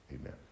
amen